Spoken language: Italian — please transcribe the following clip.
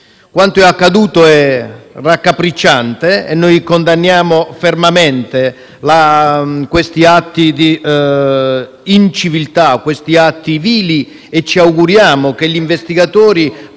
Quanto è accaduto è raccapricciante, noi condanniamo fermamente questi vili atti di inciviltà e ci auguriamo che gli investigatori